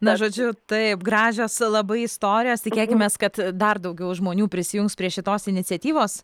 na žodžiu taip gražios labai istorijos tikėkimės kad dar daugiau žmonių prisijungs prie šitos iniciatyvos